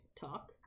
Talk